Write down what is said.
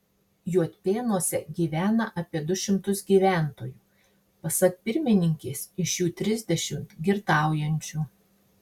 juodpėnuose gyvena apie du šimtus gyventojų pasak pirmininkės iš jų trisdešimt girtaujančių